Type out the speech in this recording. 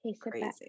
crazy